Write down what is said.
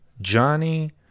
Johnny